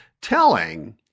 telling